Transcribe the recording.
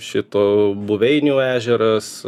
šito buveinių ežeras